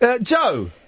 Joe